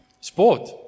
Sport